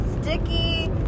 sticky